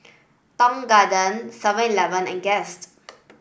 Tong Garden Seven Eleven and Guest